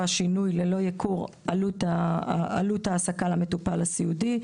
שינוי ללא ייקור עלות ההעסקה למטופל הסיעודי;